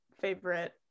favorite